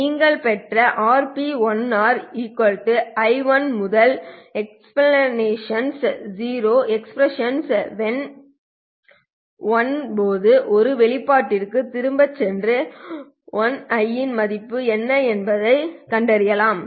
நீங்கள் பெற்ற RP1r I1 முதல் expression0 when1 போது இந்த வெளிப்பாட்டிற்கு திரும்பிச் சென்று I1 இன் மதிப்பு என்ன என்பதைக் கண்டறியலாம்